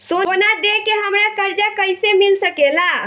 सोना दे के हमरा कर्जा कईसे मिल सकेला?